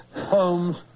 Holmes